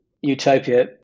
utopia